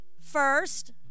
first